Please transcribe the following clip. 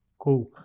cool.